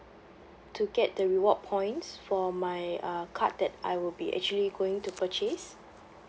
to get the reward points for my uh card that I will be actually going to purchase